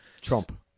Trump